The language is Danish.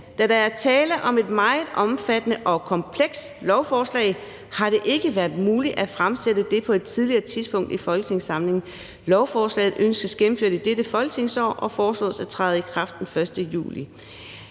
»Da der er tale om et meget omfattende og komplekst lovforslag, har det ikke været muligt at fremsætte det på et tidligere tidspunkt i folketingssamlingen. Lovforslaget ønskes gennemført i dette folketingsår og foreslås at træde i kraft den 1. juli